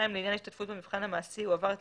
לעניין השתתפות במבחן המעשי הוא עבר את